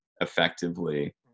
Effectively